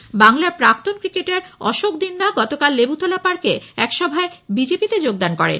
এদিকে বাংলার প্রাক্তন ক্রিকেটার অশোক দিন্দা গতকাল লেবুতলা পার্কে এক সভায় বিজেপিতে যোগদান করেন